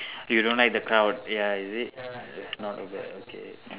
you don't like the crowd ya is it its not over yet okay